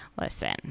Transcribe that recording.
Listen